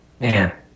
Man